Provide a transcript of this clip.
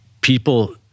people